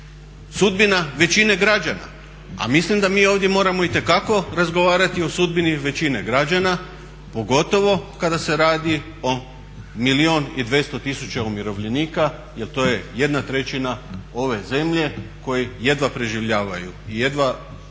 sudbina većine građana. A mislim da mi ovdje moramo itekako razgovarati o sudbini većine građana pogotovo kada se radi o milijun i 200 tisuća umirovljenika jer to je jedna trećina ove zemlje koji jedva preživljavaju i jedva žive